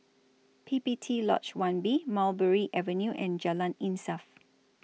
P P T Lodge one B Mulberry Avenue and Jalan Insaf